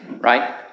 right